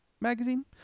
magazine